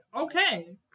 okay